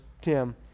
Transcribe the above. Tim